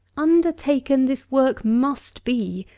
undertaken this work must be,